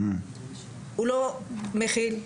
הוא לא מכיל,